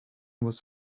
was